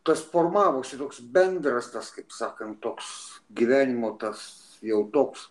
tas formavosi toks bendras tas kaip sakant toks gyvenimo tas jau toks